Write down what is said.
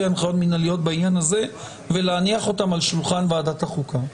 הנחיות מנהליות בעניין הזה ולהניח אותן על שולחן ועדת החוקה.